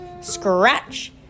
scratch